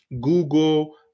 Google